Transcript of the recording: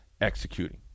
executing